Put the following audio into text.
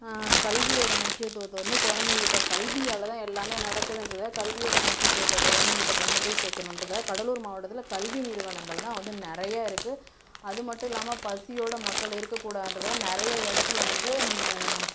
கல்வியோடய முக்கியத்துவத்தை வந்து குழந்தைங்கள்கிட்ட கல்வியால்தான் எல்லாமே நடக்குதுன்றதை கல்வியோடய முக்கியத்துவத்தை குழந்தைங்ககிட்ட கொண்டு போய் சேர்க்கணுன்றதுக்காக கடலூர் மாவட்டத்தில் கல்வி நிறுவனங்கள் தான் வந்து நிறைய இருக்கு அதுமட்டும் இல்லாமல் பசியோடு மக்கள் இருக்கக் கூடாதுன்றது தான் நிறைய இடத்துல வந்து